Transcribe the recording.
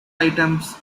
items